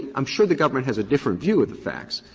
i'm sure the government has a different view of the facts,